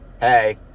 hey